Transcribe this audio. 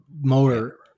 motor